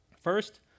First